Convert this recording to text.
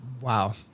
Wow